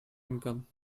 income